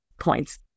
points